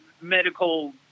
medical